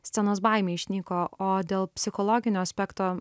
scenos baimė išnyko o dėl psichologinio aspekto